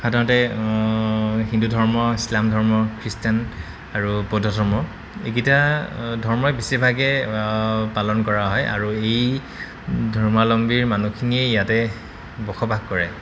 সাধাৰণতে হিন্দু ধৰ্ম ইছলাম ধৰ্ম খ্ৰীষ্টান আৰু বৌদ্ধ ধৰ্ম এইকিটা ধৰ্মই বেছিভাগে পালন কৰা হয় আৰু এই ধৰ্মাৱালম্বীৰ মানুহখিনিয়ে ইয়াতে বসবাস কৰে